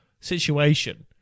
situation